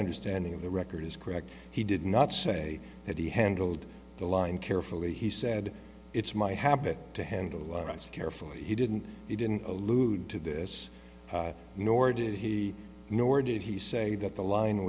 understanding of the record is correct he did not say that he handled the line carefully he said it's my habit to handle it carefully he didn't he didn't allude to this nor did he nor did he say that the line